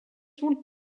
would